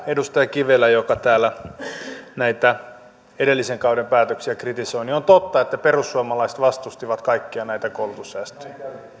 edustaja kivelälle joka täällä näitä edellisen kauden päätöksiä kritisoi että on totta että perussuomalaiset vastustivat kaikkia näitä koulutussäästöjä